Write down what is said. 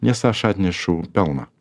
nes aš atnešu pelną